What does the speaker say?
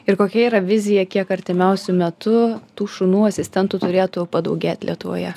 ir kokia yra vizija kiek artimiausiu metu tų šunų asistentų turėtų padaugėt lietuvoje